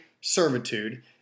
servitude